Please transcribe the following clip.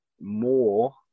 more